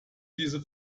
diese